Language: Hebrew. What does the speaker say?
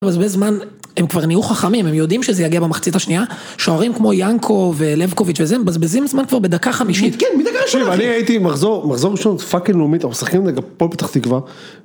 מבזבז זמן, הם כבר נהיו חכמים, הם יודעים שזה יגיע במחצית השנייה, שוערים כמו ינקו ולבקוביץ' וזה, הם מבזבזים זמן כבר בדקה חמישית. כן, מדקה ראשונה, אני הייתי מחזור, מחזור ראשון פאקינג לאומית, אנחנו משחקים נגד הפועל פתח תקווה.